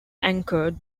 anchored